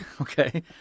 Okay